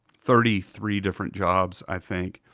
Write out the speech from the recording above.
thirty three different jobs i think,